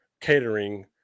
catering